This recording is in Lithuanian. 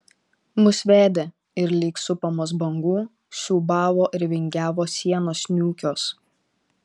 mus vedė ir lyg supamos bangų siūbavo ir vingiavo sienos niūkios